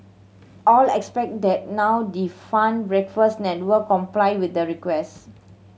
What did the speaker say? all expect that now defunct Breakfast Network complied with the request